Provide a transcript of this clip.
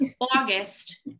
August